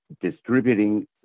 distributing